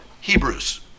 Hebrews